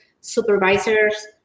supervisors